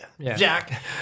Jack